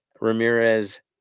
Ramirez